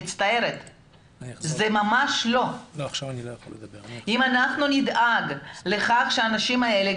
זה ממש לא - ואם אנחנו נדאג לכך שהאנשים האלה,